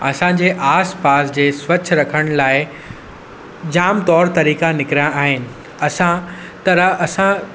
असांजे आसपास जे स्वच्छ रखण लाइ जाम तौरु तरीक़ा निकिरिया आहिनि असां तरह असां